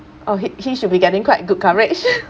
oh he he should be getting quite good coverage